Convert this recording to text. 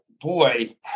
Boy